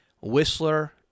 Whistler